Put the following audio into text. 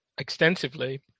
extensively